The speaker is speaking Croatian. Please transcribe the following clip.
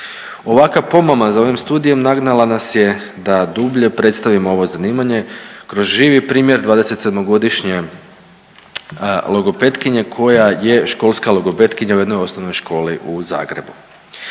Ovakva pomama za ovim studijem nagnala nas je da dublje predstavimo ovo zanimanje kroz živi primjer 27-godišnje logopetkinje koja je školska logopetkinja u jednoj osnovnoj školi u Zagrebu.